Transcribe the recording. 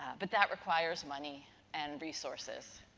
but, that requires money and resources.